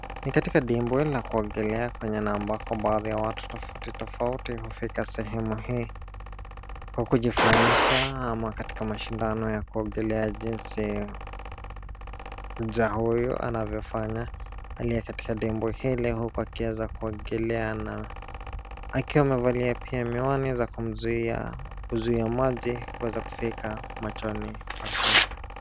Ni katika dimbwa la kuogolea kwenye na ambako baadhi ya watu tofauti tofauti hufika sehemu hii, kwa kujifurahisha ama katika mashindano ya kuogolea jinsi. Jaa huyu anavyofanya hali hii katika dimbwi hili huku akiweza kuogolea na akiwa amevalia pia miwani za kuzuia maji kuweza kufika machoni pake.